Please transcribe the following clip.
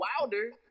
Wilder